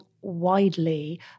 widely